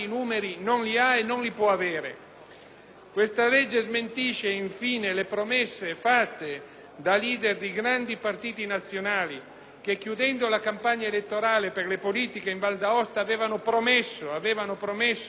Questo provvedimento smentisce, infine, le promesse fatte da *leader* di grandi partiti nazionali, che chiudendo la campagna elettorale per le elezioni politiche in Val d'Aosta avevano promesso un candidato valdostano alle elezioni